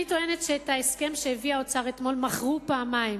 אני טוענת שאת ההסכם שהביא האוצר אתמול מכרו פעמיים: